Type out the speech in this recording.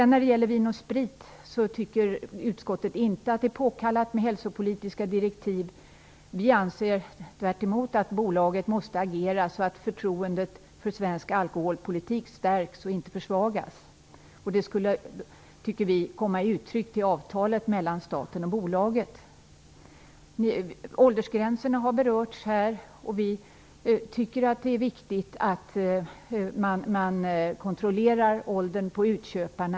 När det gäller Vin & Sprit AB anser utskottet inte att det är påkallat med hälsopolitiska direktiv. Vi anser tvärtom att bolaget måste agera så att förtroendet för svensk alkoholpolitik stärks och inte försvagas. Det borde enligt vår mening komma i uttryck i avtalet mellan staten och bolaget. Frågan om åldersgränserna har berörts här i debatten. Vi anser att det är viktigt att man kontrollerar åldern på utköparna.